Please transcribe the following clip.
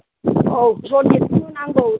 औ रनजितखौ नांगौ